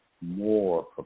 more